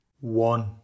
one